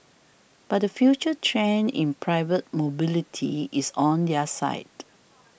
but the future trend in private mobility is on their side